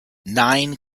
nine